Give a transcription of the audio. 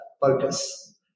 focus